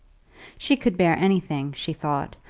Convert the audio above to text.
she could bear anything, she thought,